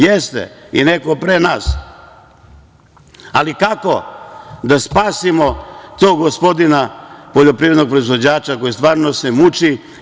Jeste i neko pre nas, ali kako da spasimo tog gospodina poljoprivrednog proizvođača koji se stvarno muči?